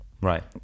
right